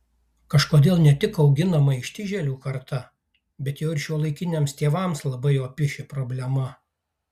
kažkodėl ne tik auginama ištižėlių karta bet jau ir šiuolaikiniams tėvams labai opi ši problema